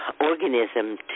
Organism